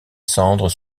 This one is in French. cendres